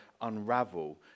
unravel